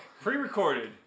Pre-recorded